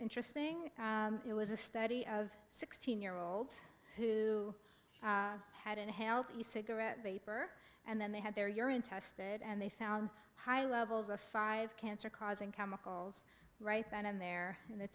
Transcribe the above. interesting it was a study of sixteen year old who had inhaled he said carette vapor and then they had their urine tested and they found high levels of five cancer causing chemicals right then and there in the